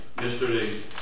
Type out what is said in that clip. yesterday